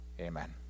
Amen